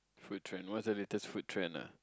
food trend what's the latest food trend ah